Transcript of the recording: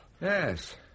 Yes